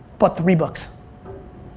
bought three books.